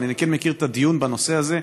אבל אני כן מכיר את הדיון בנושא הזה.